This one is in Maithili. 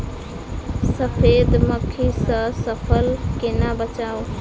सफेद मक्खी सँ फसल केना बचाऊ?